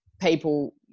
people